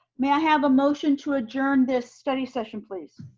may i have a motion to adjourn this study session, please?